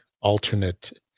alternate